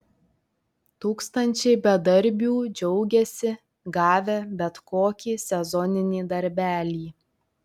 tūkstančiai bedarbių džiaugiasi gavę bet kokį sezoninį darbelį